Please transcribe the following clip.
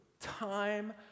time